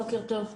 בוקר טוב.